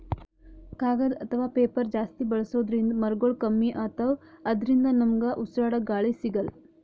ಕಾಗದ್ ಅಥವಾ ಪೇಪರ್ ಜಾಸ್ತಿ ಬಳಸೋದ್ರಿಂದ್ ಮರಗೊಳ್ ಕಮ್ಮಿ ಅತವ್ ಅದ್ರಿನ್ದ ನಮ್ಗ್ ಉಸ್ರಾಡ್ಕ ಗಾಳಿ ಸಿಗಲ್ಲ್